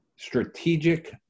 strategic